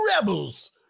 rebels